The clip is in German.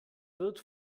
wird